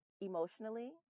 emotionally